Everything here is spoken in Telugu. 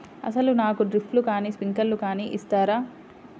అసలు నాకు డ్రిప్లు కానీ స్ప్రింక్లర్ కానీ ఇస్తారా?